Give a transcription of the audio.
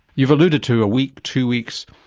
you've alluded to a week, two weeks,